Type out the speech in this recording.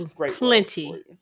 Plenty